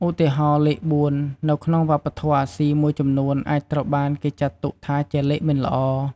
ឧទាហរណ៍ លេខ ៤ នៅក្នុងវប្បធម៌អាស៊ីមួយចំនួនអាចត្រូវបានគេចាត់ទុកថាជាលេខមិនល្អ។